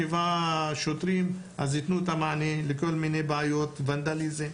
שבעה שוטרים יתנו את המענה לכל מיני בעיות ונדליזם,